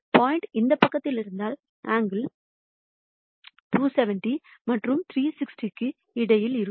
point இந்த பக்கத்தில் இருந்தால் ஆங்கில் 270 மற்றும் 360 க்கு இடையில் இருக்கும்